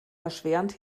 erschwerend